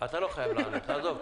אתה לא חייב לענות, עזוב.